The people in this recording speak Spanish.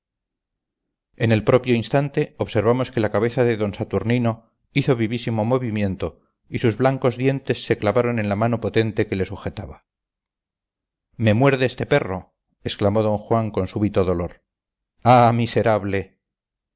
en el propio instante observamos que la cabeza de d saturnino hizo vivísimo movimiento y sus blancos dientes se clavaron en la mano potente que le sujetaba me muerde este perro exclamó don juan martín con súbito dolor ah miserable